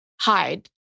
hide